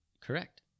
correct